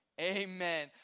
amen